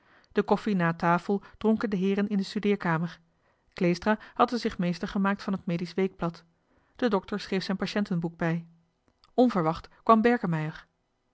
de koffie na tafel dronken de heeren in de studeerkamer kleestra had er zich meester gemaakt van het medisch weekblad de dokter schreef zijn patiëntenboek bij onverwacht kwam berkemeier